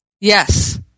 Yes